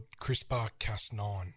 CRISPR-Cas9